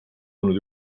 olnud